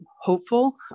hopeful